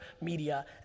media